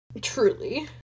truly